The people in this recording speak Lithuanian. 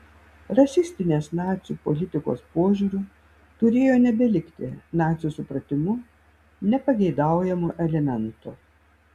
rasistinės nacių politikos požiūriu turėjo nebelikti nacių supratimu nepageidaujamų elementų